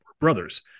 Brothers